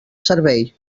servei